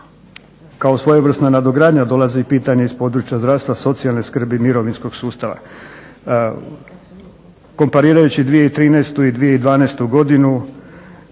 kao svojevrsna nadogradnja dolazi i pitanje iz područja zdravstva, socijalne skrbi, mirovinskog sustava. Komparirajući 2013. i 2012. godinu